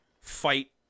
fight